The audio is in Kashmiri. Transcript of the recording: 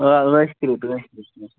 آ عٲش کٔرِتھ عٲش کٔرِتھ